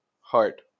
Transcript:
Heart